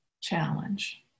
challenge